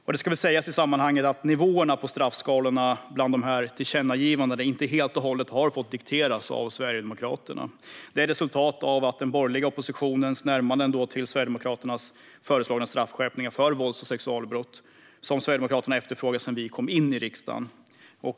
Det ska väl i sammanhanget sägas att nivåerna på straffskalorna i tillkännagivandena inte helt och hållet har fått dikteras av Sverigedemokraterna. De är ett resultat av den borgerliga oppositionens närmanden till Sverigedemokraternas föreslagna straffskärpning för vålds och sexualbrott som vi har efterfrågat sedan vi kom in i riksdagen.